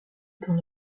dans